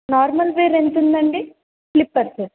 normal wear ఎంతుంటుందండి slippers